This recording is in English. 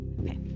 okay